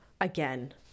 Again